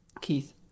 Keith